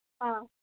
ꯑꯥ